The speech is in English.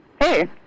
Hey